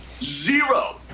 Zero